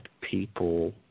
people